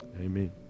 Amen